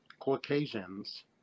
Caucasians